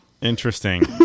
Interesting